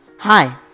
Hi